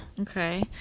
okay